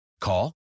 Call